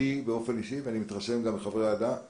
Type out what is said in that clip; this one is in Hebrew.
הוא העשיר אותי באופן אישי ואני מתרשם שגם את חברי הוועדה.